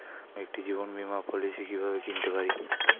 আমি একটি জীবন বীমা পলিসি কিভাবে কিনতে পারি?